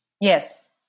Yes